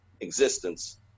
existence